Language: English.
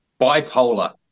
bipolar